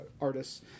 artists